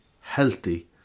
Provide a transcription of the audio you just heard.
healthy